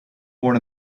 born